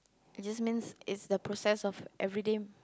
it's just means it's the process of everyday